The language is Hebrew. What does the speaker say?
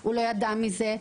הוא לא ידע מזה.